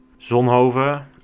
Zonhoven